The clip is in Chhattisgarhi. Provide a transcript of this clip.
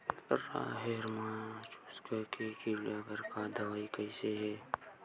राहेर म चुस्क के कीड़ा बर का दवाई कइसे ही?